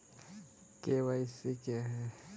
KYC क्या है?